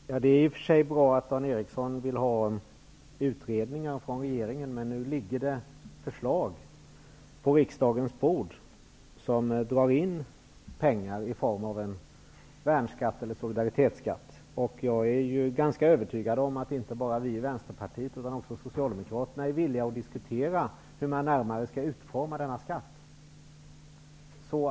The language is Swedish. Fru talman! Det är i och för sig bra att Dan Ericsson i Kolmården vill ha utredningar från regeringen. Men nu ligger det förslag på riksdagens bord om en värnskatt eller solidaritetsskatt, som skulle tillföra statskassan pengar. Jag är ganska övertygad om att inte bara vi i Vänsterpartiet utan även Socialdemokraterna är villiga att diskutera hur man närmare skall utforma denna skatt.